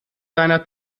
seiner